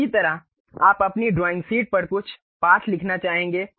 इसी तरह आप अपनी ड्राइंग शीट पर कुछ पाठ लिखना चाहेंगे